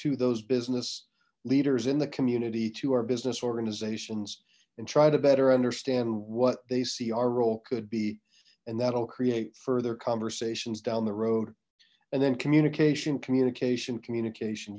to those business leaders in the community to our business organizations and try to better understand what they see our role could be and that'll create further conversations down the road and then communication communication communication